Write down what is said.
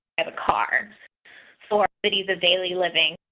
and a car for it is a daily living.